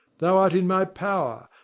thou art in my power,